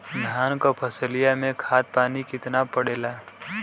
धान क फसलिया मे खाद पानी कितना पड़े ला?